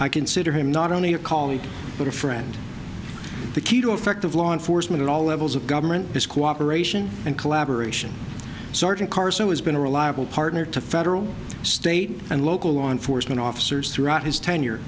i consider him not only a colleague but a friend the key to effective law enforcement at all levels of government is cooperation and collaboration sergeant carson has been a reliable partner to federal state and local law enforcement officers throughout his tenure